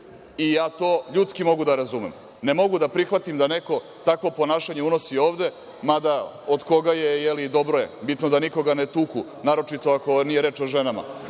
i ja to ljudski mogu da razumem. Ne mogu da prihvatim da neko takvo ponašanje unosi ovde, mada, od koga je – dobro je. Bitno da nikoga ne tuku, naročito ako nije reč o ženama.